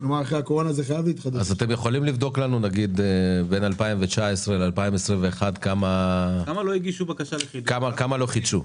אז תבדקו בבקשה בין 2019 ל-2012, כמה לא חידשו.